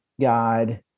God